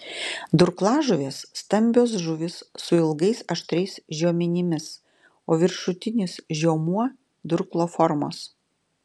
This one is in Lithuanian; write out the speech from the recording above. durklažuvės stambios žuvys su ilgais aštriais žiomenimis o viršutinis žiomuo durklo formos